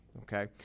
Okay